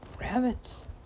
rabbits